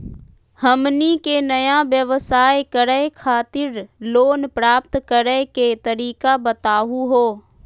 हमनी के नया व्यवसाय करै खातिर लोन प्राप्त करै के तरीका बताहु हो?